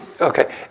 Okay